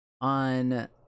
on